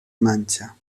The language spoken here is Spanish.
mancha